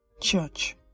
church